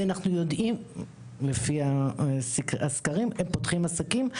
ואנחנו יודעים שהם פותחים עסקים.